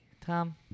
Tom